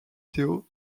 théo